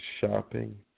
shopping